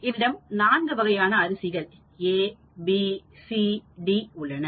என்னிடம் 4 வகையான அரிசிகள் A B CD உள்ளன